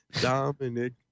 Dominic